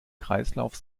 kreislauf